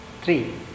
Three